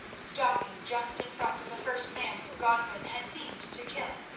stopping just in front of the first man whom godwin had seemed to kill,